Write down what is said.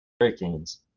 Hurricanes